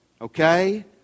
okay